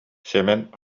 сэмэн